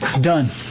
Done